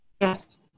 yes